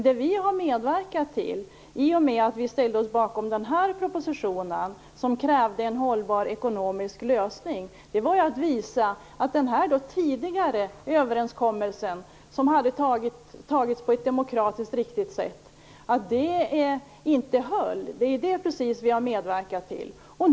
Det vi har medverkat till i och med att vi ställt oss bakom propositionen med krav på en hållbar ekonomisk lösning var att visa att den tidigare överenskommelsen, som hade antagits på ett demokratiskt riktigt sätt, inte höll. Det är precis vad vi har medverkat till.